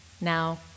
now